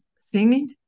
Singing